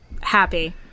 Happy